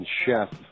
chef